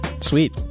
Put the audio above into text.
Sweet